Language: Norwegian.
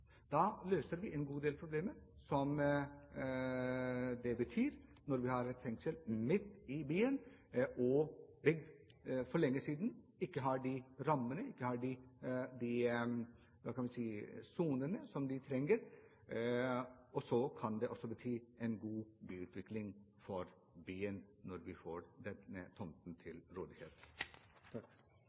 Da løser vi en god del problemer som det innebærer å ha et fengsel midt i byen – et fengsel som er bygd for lenge siden, og som ikke har de rammene, ikke de sonene det trenger. Det kan også bety en god utvikling for byen, når vi får denne tomten til rådighet.